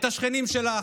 את השכנים שלך,